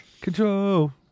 Control